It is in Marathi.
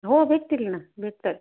हो भेटतील ना भेटतात